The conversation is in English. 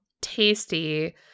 Tasty